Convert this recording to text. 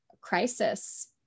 crisis